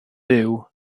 byw